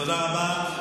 תודה רבה.